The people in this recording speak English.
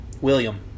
William